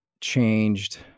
changed